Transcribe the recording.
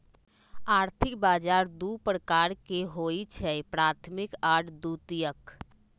आर्थिक बजार दू प्रकार के होइ छइ प्राथमिक आऽ द्वितीयक